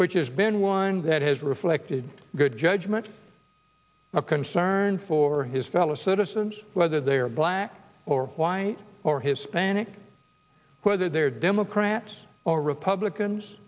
which has been one that has reflected good judgment a concern for his fellow citizens whether they are black or white or hispanic whether they're democrats or republicans